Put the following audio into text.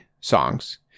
Songs